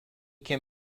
can